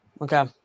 Okay